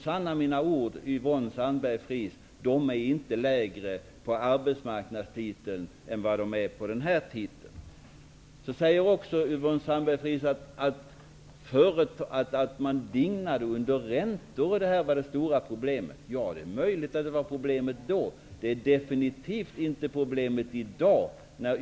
Sanna mina ord, Yvonne Sandberg-Fries, de är inte lägre under arbetsmarknadstiteln än de är under den här titeln! Yvonne Sandberg-Fries säger också att man dignade under räntor och att det var det stora problemet. Ja, det är möjligt att det var ett problem då. Men det är definitivt inte det som är problemet i dag.